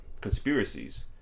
conspiracies